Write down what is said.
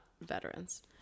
veterans